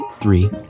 Three